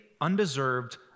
undeserved